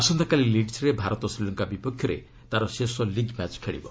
ଆସନ୍ତାକାଲି ଲିଡ୍ସ୍ରେ ଭାରତ ଶ୍ରୀଲଙ୍କା ବିପକ୍ଷରେ ତାର ଶେଷ ଲିଗ୍ ମ୍ୟାଚ୍ ଖେଳିବ